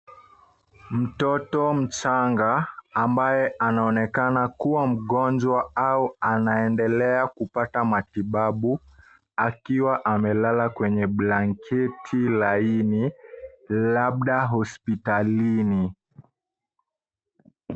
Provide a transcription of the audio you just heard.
Mtoto mchanga ambaye anaonekana kuwa mgonjwa au anaendelea kupata matibabu akiwa amelala kwenye blanketi laini labda hospitalini.